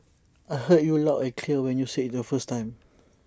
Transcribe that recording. I heard you loud and clear when you said the first time